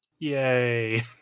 Yay